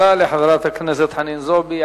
תודה לחברת הכנסת חנין זועבי.